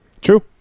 True